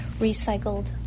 recycled